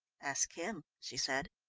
ask him, she said.